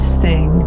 sing